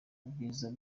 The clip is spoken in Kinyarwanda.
ubwiza